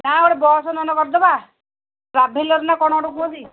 ନା ବସ୍ ନ ହେଲେ କରି ଦେବା ଟ୍ରାଭେଲର୍ ନା କ'ଣ ଗୋଟେ କୁହନ୍ତି